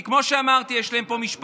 כי כמו שאמרתי, יש להם פה משפחות,